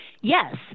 Yes